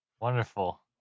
Wonderful